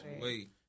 Wait